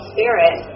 Spirit